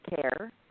care